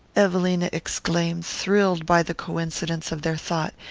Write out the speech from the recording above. evelina exclaimed, thrilled by the coincidence of their thought.